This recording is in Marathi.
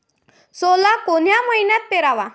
सोला कोन्या मइन्यात पेराव?